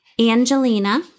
Angelina